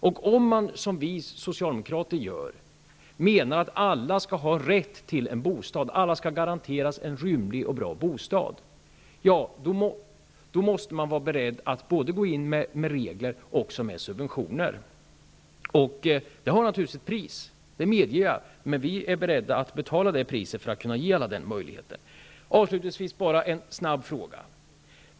Om man, som vi socialdemokrater gör, menar att alla människor skall garanteras en rymlig och bra bostad, måste man vara beredd att gå in både med regler och med subventioner. Det har naturligtvis ett pris. Det medger jag. Men vi är beredda att betala det priset för att ge alla den möjligheten. Avslutningsvis vill jag ställa en fråga.